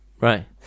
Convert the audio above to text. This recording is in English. right